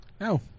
No